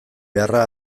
beharra